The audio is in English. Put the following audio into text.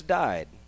died